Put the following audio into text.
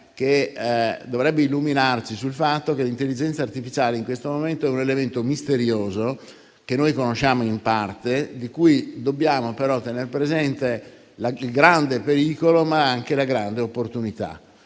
me, dovrebbe illuminarci sul fatto che l'intelligenza artificiale in questo momento è un elemento misterioso, che noi conosciamo solo in parte, di cui dobbiamo tener presente il grande pericolo, ma anche la grande opportunità.